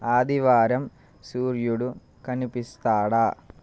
ఆదివారం సూర్యుడు కనిపిస్తాడా